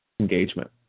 engagement